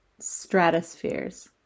stratospheres